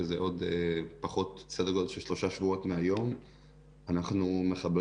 שזה סדר גודל של שלושה שבועות מהיום אנחנו מחברים